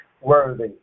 worthy